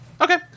Okay